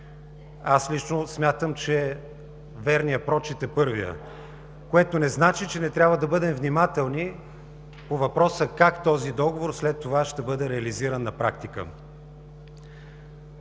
Аз лично смятам, че верният прочит е първият, което не значи, че не трябва да бъдем внимателни по въпроса как този договор след това ще бъде реализиран на практика.